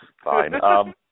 Fine